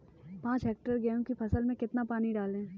पाँच हेक्टेयर गेहूँ की फसल में कितना पानी डालें?